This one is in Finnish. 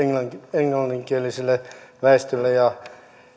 englanninkieliselle väestölle